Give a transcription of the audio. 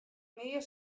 nea